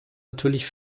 natürlich